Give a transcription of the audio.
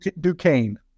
Duquesne